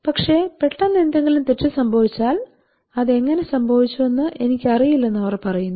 പക്ഷേ പെട്ടെന്ന് എന്തെങ്കിലും തെറ്റ് സംഭവിച്ചാൽ അത് എങ്ങനെ സംഭവിച്ചുവെന്ന് എനിക്കറിയില്ലെന്ന് അവർ പറയുന്നു